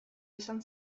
esan